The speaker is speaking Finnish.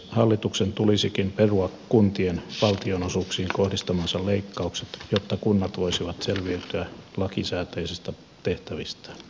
hallituksen tulisikin perua kuntien valtionosuuksiin kohdistamansa leikkaukset jotta kunnat voisivat selviytyä lakisääteisistä tehtävistään